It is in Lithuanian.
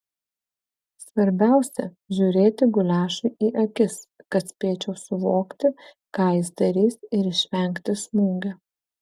svarbiausia žiūrėti guliašui į akis kad spėčiau suvokti ką jis darys ir išvengti smūgio